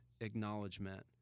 acknowledgement